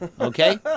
okay